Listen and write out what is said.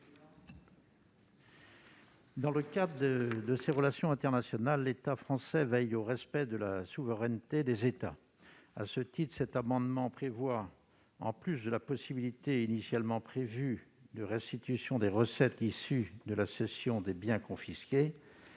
Dans le cadre de ses relations internationales, l'État français veille au respect de la souveraineté des États. À ce titre, cet amendement tend à prévoir, en plus de la possibilité initialement prévue de restitution des recettes issues de la cession des biens confisqués,